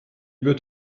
wird